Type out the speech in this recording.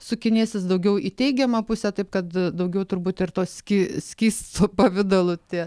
sukinėsis daugiau į teigiamą pusę taip kad daugiau turbūt ir tuo ski skystu pavidalu tie